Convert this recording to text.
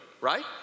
right